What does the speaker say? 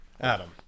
Adam